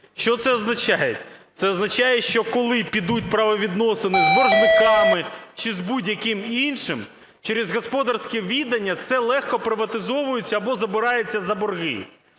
Що це означає? Це означає, що коли підуть правовідносини з боржниками чи з будь-яким іншим, через господарське відання це легко приватизовується або забирається за борги.